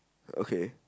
okay